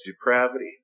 depravity